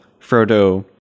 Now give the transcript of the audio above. Frodo